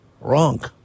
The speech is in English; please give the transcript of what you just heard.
Wrong